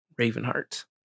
Ravenheart